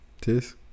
tis